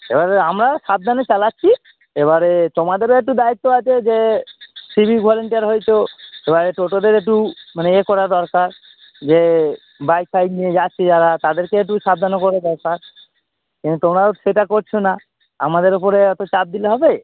এবারে আমরা সাবধানে চালাচ্ছি এবারে তোমাদেরও একটু দায়িত্ব আছে যে সিভিক ভলেন্টিয়ার হয়েছো এবারে টোটোদের একটু মানে ইয়ে করা দরকার যে বাইক ফাইক নিয়ে যাচ্ছে যারা তাদেরকে একটু সাবধানও করা দরকার কিন্তু তোমরাও সেটা করছো না আমাদের ওপরে এত চাপ দিলে হবে